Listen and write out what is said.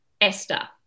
Esther